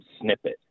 snippet